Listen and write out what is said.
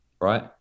right